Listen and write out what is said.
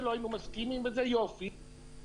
שלא היינו מסכימים חבר'ה,